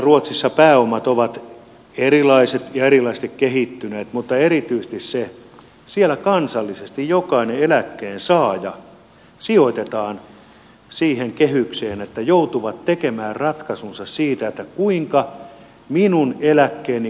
ruotsissa pääomat ovat erilaiset ja erilaisesti kehittyneet mutta erityisesti siellä kansallisesti jokainen eläkkeensaaja sijoitetaan siihen kehykseen että joutuvat tekemään ratkaisunsa siitä kuinka minun eläkkeeni karttuvat jatkossa